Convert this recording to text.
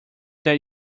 that